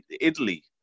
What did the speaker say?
Italy